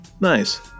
Nice